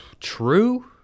true